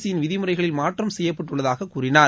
இ யின் விதிமுறைகளில் மாற்றம் செய்யப்பட்டுள்ளதாக கூறினார்